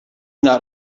not